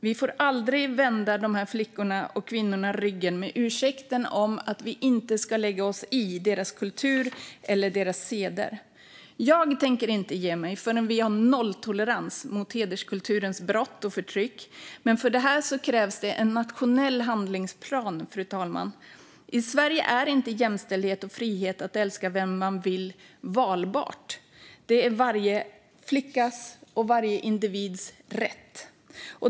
Vi får aldrig vända dessa flickor och kvinnor ryggen med ursäkten att vi inte ska lägga oss i deras kultur eller seder. Jag tänker inte ge mig förrän vi har nolltolerans mot hederskulturens brott och förtryck. För detta krävs en nationell handlingsplan. I Sverige är inte jämställdhet och frihet att älska vem man vill valbart; det är varje individs rätt.